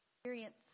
experience